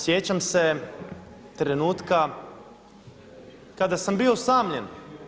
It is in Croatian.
Sjećam se trenutka kada sam bio usamljen.